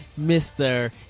Mr